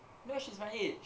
no she's my age